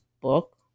book